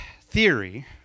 theory